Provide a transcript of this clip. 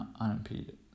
unimpeded